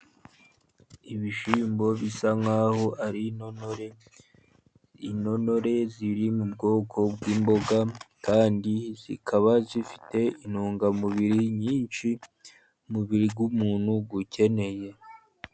Ibishyimbo bisa nk'aho ari intonore, intonore ziri mu bwoko bw'imboga, kandi zikaba zifite intungamubiri nyinshi, umubiri w'umuntu ukeneye.